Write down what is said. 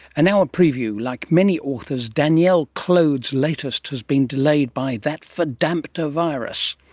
and now a preview. like many authors, danielle clode's latest has been delayed by that verdammter virus.